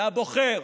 הבוחר,